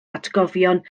atgofion